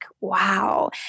wow